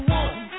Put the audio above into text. one